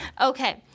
Okay